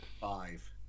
Five